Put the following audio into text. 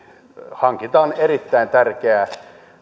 hankitaan erittäin tärkeää